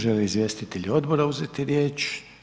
Žele li izvjestitelji odbora uzeti riječ?